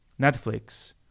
Netflix